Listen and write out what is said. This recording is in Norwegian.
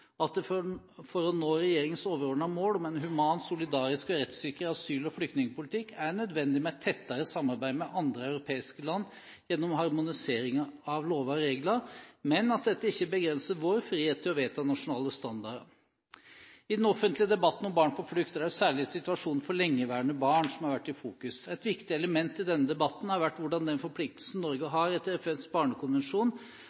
avtaler, at det for å nå regjeringens overordnede mål om en human, solidarisk og rettssikker asyl- og flyktningpolitikk er nødvendig med et tettere samarbeid med andre europeiske land gjennom harmonisering av lover og regler, men at dette ikke begrenser vår frihet til å vedta nasjonale standarder. I den offentlige debatten om barn på flukt er det særlig situasjonen for lengeværende barn som har vært i fokus. Et viktig element i denne debatten har vært hvordan den forpliktelsen Norge